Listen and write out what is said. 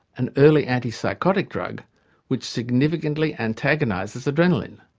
an early anti-psychotic drug which significantly antagonises adrenaline.